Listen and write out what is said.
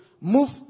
move